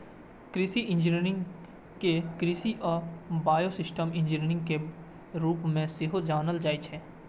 कृषि इंजीनियरिंग कें कृषि आ बायोसिस्टम इंजीनियरिंग के रूप मे सेहो जानल जाइ छै